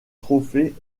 trophée